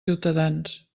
ciutadans